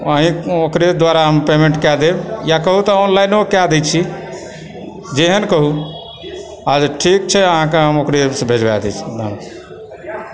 ओकरे द्वारा हम पेमेन्ट कए देब या कहु तऽ ऑनलाइनो कए दय छी जेहन कहु अच्छा ठीक छै अहाँकेँ हम ओकरे से भेजबा दय छी